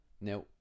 Now